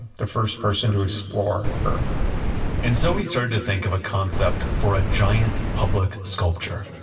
the first person to explore earth and so he started to think of a concept for a giant public sculpture.